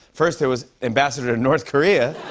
first, there was ambassador to north korea.